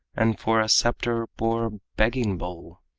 and for a scepter bore a begging-bowl?